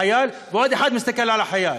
החייל ועוד אחד מסתכל על החייל.